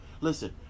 Listen